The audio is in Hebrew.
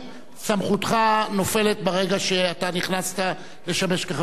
סמכותך נופלת ברגע שאתה נכנסת לשמש כחבר כנסת.